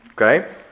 Okay